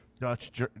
Dutch